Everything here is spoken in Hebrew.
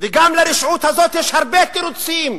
וגם לרשעות הזאת יש הרבה תירוצים.